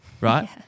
right